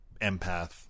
empath